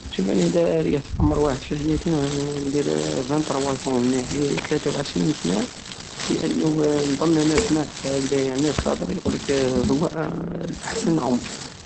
شوف انا ادا ريحت في عمر واحد في حياتي راني ندير فين تروازن نحي تلاتة وعشرين سنة للنو نض انا سمعت هكدايا الناس تهدر يقلك هو الاحسن عمر